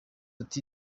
ati